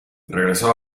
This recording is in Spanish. regresó